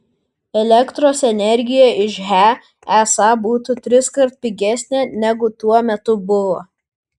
elektros energija iš he esą būtų triskart pigesnė negu tuo metu buvo